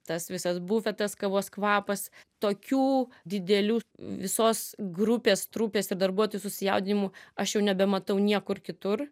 tas visas bufetas kavos kvapas tokių didelių visos grupės trupės ir darbuotojų susijaudinimų aš jau nebematau niekur kitur